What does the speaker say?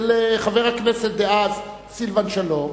של חבר הכנסת סילבן שלום,